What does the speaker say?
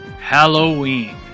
Halloween